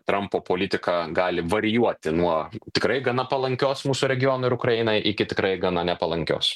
trampo politika gali varijuoti nuo tikrai gana palankios mūsų regionui ir ukrainai iki tikrai gana nepalankios